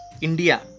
India